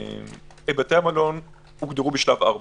בתי המלון הוגדרו בשלב 4,